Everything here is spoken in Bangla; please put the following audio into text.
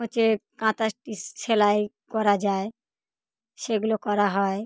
হচ্ছে কাঁথা স্টিচ সেলাই করা যায় সেগুলো করা হয়